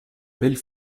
belle